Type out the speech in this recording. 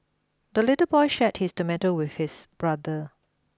the little boy shared his tomato with his brother